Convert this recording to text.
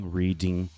reading